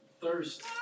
thirst